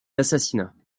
assassinat